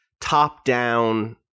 top-down